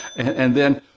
and then,